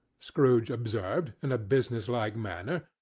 scrooge observed, in a business-like manner,